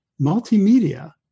multimedia